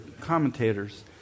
commentators